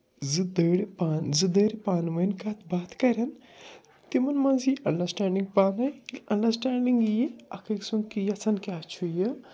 زٕ دٔڑۍ پان زٕ دٔڑۍ پانہٕ وٲنۍ کَتھ باتھ کَرن تِمن منٛز یی انٛڈرسِتٮ۪نٛڈنٛگ پانے یہِ انٛڈرسِٹٮ۪نٛڈنگ یِیہِ اکھ أکۍ سُنٛد کہِ یَژھان کیٛاہ چھُ یہِ